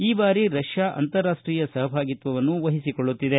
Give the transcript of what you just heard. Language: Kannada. ಈ ಬಾರಿ ರಷ್ಯಾ ಅಂತಾರಾಷ್ಟಿ ಸಹಭಾಗಿತ್ವವನ್ನು ವಹಿಸಕೊಳ್ಳುತ್ತಿದೆ